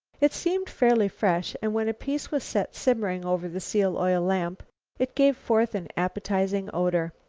it seemed fairly fresh, and when a piece was set simmering over the seal-oil lamp it gave forth an appetizing odor.